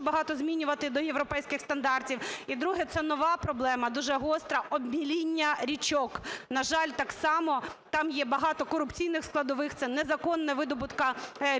багато змінювати до європейських стандартів. І друге. Це нова проблема, дуже гостра – обміління річок. На жаль, так само там є багато корупційних складових. Це незаконний видобуток